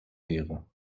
wäre